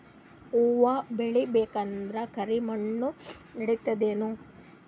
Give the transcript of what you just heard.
ಹುವ ಬೇಳಿ ಬೇಕಂದ್ರ ಕರಿಮಣ್ ನಡಿತದೇನು?